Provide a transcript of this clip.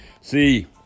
See